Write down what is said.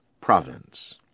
province